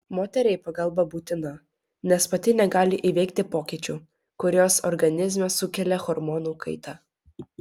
moteriai pagalba būtina nes pati negali įveikti pokyčių kuriuos organizme sukelia hormonų kaita